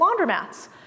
laundromats